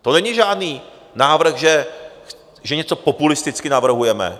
To není žádný návrh, že něco populisticky navrhujeme.